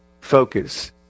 focus